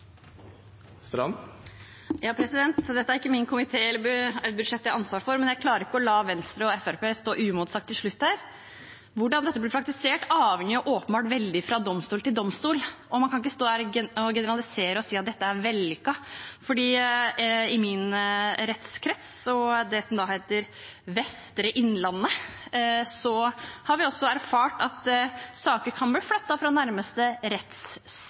ikke min komité eller et budsjett jeg har ansvar for, men jeg klarer ikke å la Venstre og Fremskrittspartiet stå uimotsagt til slutt her. Hvordan dette blir praktisert, varierer åpenbart veldig fra domstol til domstol, og man kan ikke stå her og generalisere og si at dette er vellykket. I min rettskrets, det som da heter Vestre Innlandet, har vi erfart at saker kan bli flyttet fra nærmeste